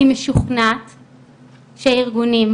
אני משוכנעת שהארגונים,